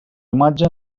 imatge